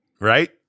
right